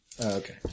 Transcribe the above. Okay